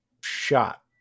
shot